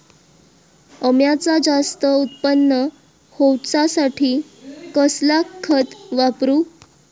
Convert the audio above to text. अम्याचा जास्त उत्पन्न होवचासाठी कसला खत वापरू?